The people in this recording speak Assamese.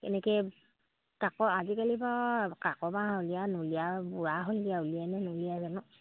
এনেকৈ কাঁক আজিকালি বাও কাঁক বাহ উলিয়াই নুলিয়ায় বুঢ়া হ'লগৈ আৰু উলিয়াইনে নুলিয়াই জানো